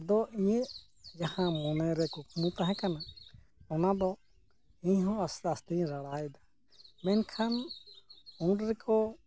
ᱟᱫᱚ ᱤᱧᱟᱹᱜ ᱡᱟᱦᱟᱸ ᱢᱚᱱᱮᱨᱮ ᱠᱩᱠᱢᱩ ᱛᱟᱦᱮᱸ ᱠᱟᱱᱟ ᱚᱱᱟ ᱫᱚ ᱤᱧ ᱦᱚᱸ ᱟᱥᱛᱮ ᱟᱥᱛᱮᱧ ᱨᱟᱲᱟᱭᱮᱫᱟ ᱢᱮᱱᱠᱷᱟᱱ ᱩᱱᱨᱮᱠᱚ